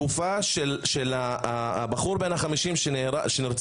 הגופה של הבחור בן ה-50 שנרצח,